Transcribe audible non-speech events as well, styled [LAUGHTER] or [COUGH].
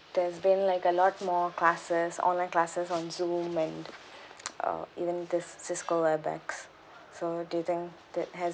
there's been like a lot more classes online classes on zoom and [NOISE] uh even this cisco webex so do you think that has